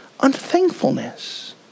unthankfulness